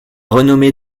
renommée